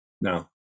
no